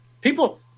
people